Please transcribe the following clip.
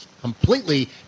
completely